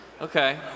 Okay